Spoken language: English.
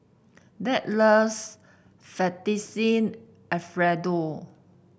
Dirk loves Fettuccine Alfredo